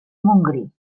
montgrí